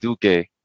Duque